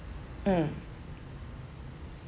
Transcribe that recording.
mm